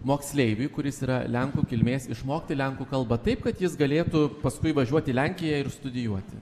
moksleiviui kuris yra lenkų kilmės išmokti lenkų kalbą taip kad jis galėtų paskui važiuot į lenkiją ir studijuoti